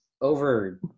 over